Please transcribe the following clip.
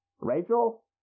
Rachel